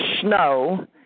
snow